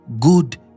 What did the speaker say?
good